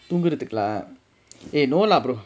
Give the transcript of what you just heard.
தூங்குரதுக்குலா:toongurathukkulaa eh no lah brother